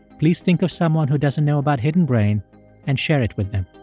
please think of someone who doesn't know about hidden brain and share it with them.